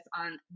on